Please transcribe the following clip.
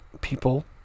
people